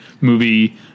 movie